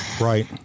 Right